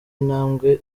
intambwe